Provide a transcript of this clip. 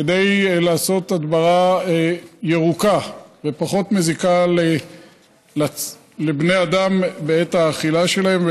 כדי לעשות הדברה ירוקה ופחות מזיקה לבני אדם בעת האכילה שלהם,